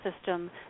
system